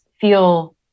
feel